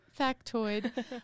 factoid